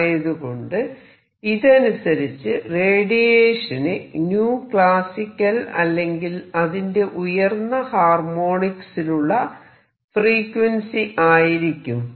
ആയതുകൊണ്ട് ഇതനുസരിച്ച് റേഡിയേഷന് classical അല്ലെങ്കിൽ അതിന്റെ ഉയർന്ന ഹാർമോണിക്സ് ലുള്ള ഫ്രീക്വൻസി ആയിരിക്കും